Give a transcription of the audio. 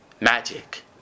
magic